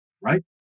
right